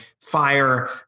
fire